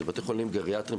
זה בתי חולים גריאטריים,